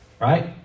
right